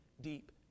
deep